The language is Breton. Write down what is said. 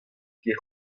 ket